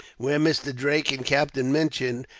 where mr. drake and captain minchin,